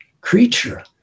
creature